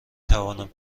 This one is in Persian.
توانم